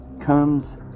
Comes